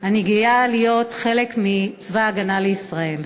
אני גאה להיות חלק מצבא ההגנה לישראל.